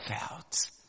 felt